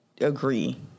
agree